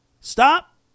Stop